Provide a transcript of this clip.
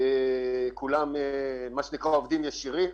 כולם עובדים ישירים.